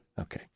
Okay